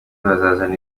bazazana